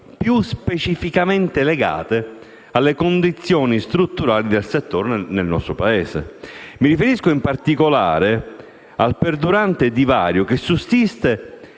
più specificamente legate alle condizioni strutturali del settore nel nostro Paese. Mi riferisco in particolare al perdurante divario che sussiste